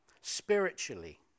Spiritually